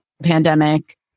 pandemic